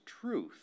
truth